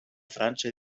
frança